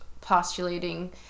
postulating